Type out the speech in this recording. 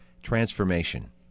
transformation